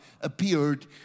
appeared